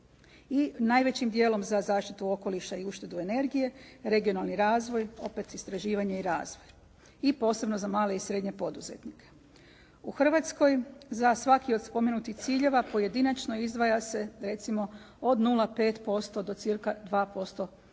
I najvećim dijelom za zaštitu okoliša i uštedu energije, regionalni razvoj, opet istraživanje i razvoj. I posebno za male i srednje poduzetnike. U Hrvatskoj za svaki od spomenutih ciljeva pojedinačno izdvaja se recimo od 0,5% do cca. 2% potpora